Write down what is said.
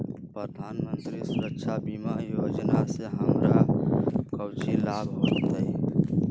प्रधानमंत्री सुरक्षा बीमा योजना से हमरा कौचि लाभ होतय?